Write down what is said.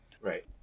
Right